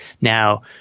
Now